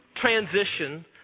transition